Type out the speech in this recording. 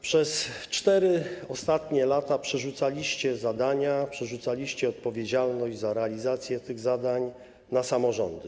Przez 4 ostatnie lata przerzucaliście zadania, przerzucaliście odpowiedzialność za realizację tych zadań na samorządy.